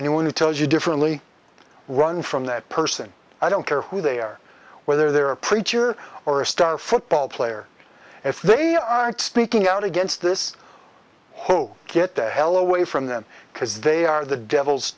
who tells you differently run from that person i don't care who they are whether they're a preacher or a star football player if they aren't speaking out against this whole get the hell away from them because they are the devils